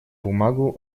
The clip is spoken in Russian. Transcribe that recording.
бумагу